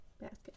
Basket